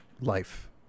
life